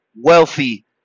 wealthy